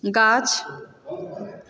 गाछ